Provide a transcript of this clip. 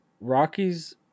Rockies